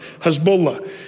Hezbollah